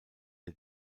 der